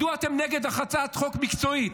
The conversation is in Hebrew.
מדוע אתם נגד הצעת חוק מקצועית,